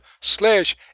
slash